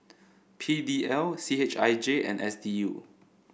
P D L C H I J and S D U